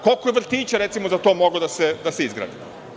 Koliko je vrtića, recimo, za to moglo da se izgradi?